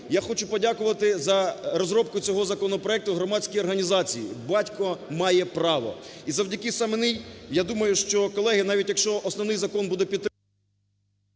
я хочу подякувати за розробку цього законопроекту громадській організації "Батько має право". І завдяки саме їй, я думаю, що колеги, навіть, якщо основний закон буде… ГОЛОВУЮЧИЙ.